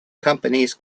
companies